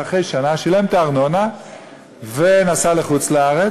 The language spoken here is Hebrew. אחרי שנה שילם את הארנונה ונסע לחוץ-לארץ,